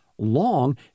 long